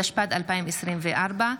התשפ"ד 2024,